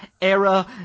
Era